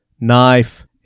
Knife